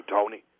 Tony